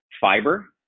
fiber